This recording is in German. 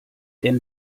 denn